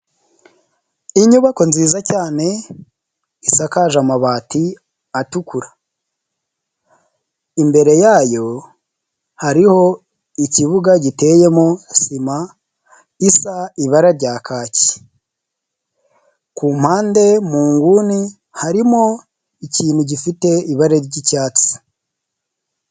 Inyubako nziza cyane isakaje amabati atukura. Imbere yayo hariho ikibuga giteyemo sima isa ibara rya kaki. Ku mpande mu nguni harimo ikintu gifite ibara ry'icyatsi.